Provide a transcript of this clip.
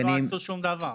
לא עשו שום דבר.